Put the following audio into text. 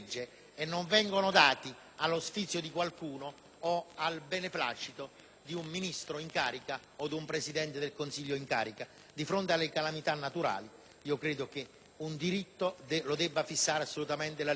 allo sfizio di qualcuno, al beneplacito di un Ministro o di un Presidente del Consiglio in carica. Di fronte alle calamità naturali credo che un diritto lo debba fissare in maniera assoluta la legge perché chi